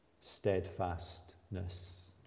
steadfastness